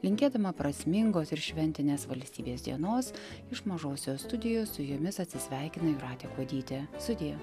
linkėdama prasmingos ir šventinės valstybės dienos iš mažosios studijos su jumis atsisveikina jūratė kuodytė sudie